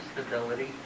stability